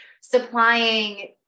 supplying